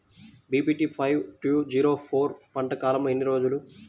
BPT five two zero four పంట కాలంలో ఎన్ని రోజులు?